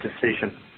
decision